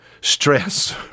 stress